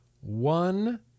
one